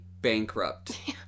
bankrupt